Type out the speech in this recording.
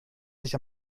sich